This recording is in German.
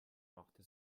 machte